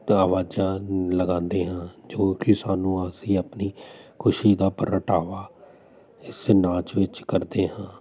ਆਵਾਜਾਂ ਲਗਾਉਂਦੇ ਹਾਂ ਜੋ ਕਿ ਸਾਨੂੰ ਅਸੀਂ ਆਪਣੀ ਖੁਸ਼ੀ ਦਾ ਪ੍ਰਗਟਾਵਾ ਇਸ ਨਾਚ ਵਿੱਚ ਕਰਦੇ ਹਾਂ